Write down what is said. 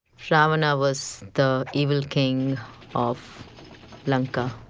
ravana was the evil king of lanka